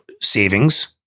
savings